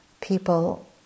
people